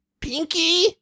Pinky